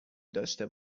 داشته